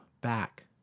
back